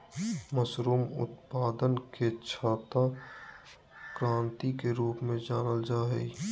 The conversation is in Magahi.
मशरूम उत्पादन के छाता क्रान्ति के रूप में जानल जाय हइ